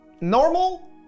normal